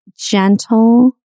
gentle